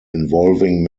involving